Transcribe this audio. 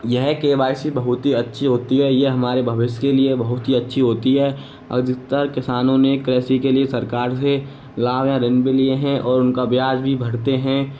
यह Y C बहुत ही अच्छी होती है यह हमारे भविष्य के लिए बहुत अच्छी होती है और अधिकतर किसानों ने कृषि के लिए सरकार से लाभ या ऋण भी लिए हैं और उनका ब्याज भी भरते हैं